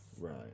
Right